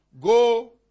Go